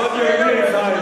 יעלה.